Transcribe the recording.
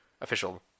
official